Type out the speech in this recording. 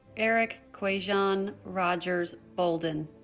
eryc quajon rogers bolden